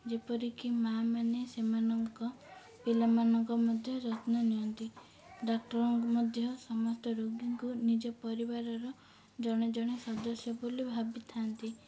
ଯେପରିକି ମାଆ ମାନେ ସେମାନଙ୍କ ପିଲାମାନଙ୍କ ମଧ୍ୟ ଯତ୍ନ ନିଅନ୍ତି ଡାକ୍ତରଙ୍କୁ ମଧ୍ୟ ସମସ୍ତ ରୋଗୀଙ୍କୁ ନିଜ ପରିବାରର ଜଣେ ଜଣେ ସଦସ୍ୟ ବୋଲି ଭାବିଥାନ୍ତି